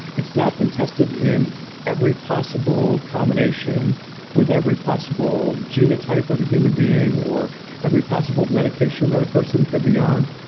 it's not been tested in every possible combination with every possible genotype of a human being or every possible medication that a person could be on,